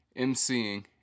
MCing